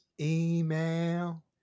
Email